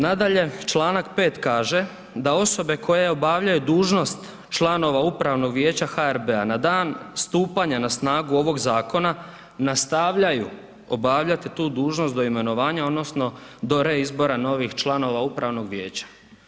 Nadalje, čl. 5. kaže da osobe koje obavljaju dužnost članova upravnog vijeća HRB-a na dan stupanja na snagu ovog zakona nastavljaju obavljati tu dužnost do imenovanja odnosno do reizbora novih članova upravnog vijeća.